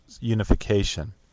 Unification